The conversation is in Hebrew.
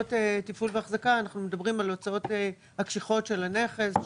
הוצאות טיפול והחזקה אנחנו מדברים על ההוצאות הקשיחות של הנכס,